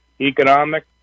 economic